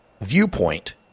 viewpoint